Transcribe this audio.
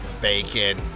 Bacon